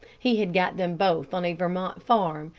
he had got them both on a vermont farm,